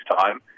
time